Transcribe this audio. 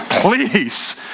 please